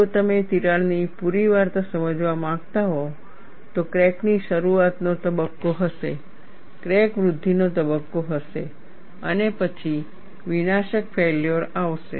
જો તમે તિરાડની પૂરી વાર્તા સમજવા માંગતા હો તો ક્રેક ની શરૂઆતનો તબક્કો હશે ક્રેક વૃદ્ધિનો તબક્કો હશે અને પછી વિનાશક ફેલ્યોર આવશે